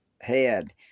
head